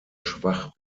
schwach